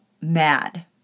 mad